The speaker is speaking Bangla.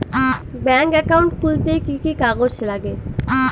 ব্যাঙ্ক একাউন্ট খুলতে কি কি কাগজ লাগে?